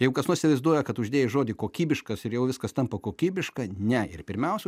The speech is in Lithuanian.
jeigu kas nors įsivaizduoja kad uždėjai žodį kokybiškas ir jau viskas tampa kokybiška ne ir pirmiausia